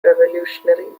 revolutionary